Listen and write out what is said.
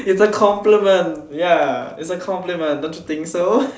is a compliment ya is a compliment ya don't you think so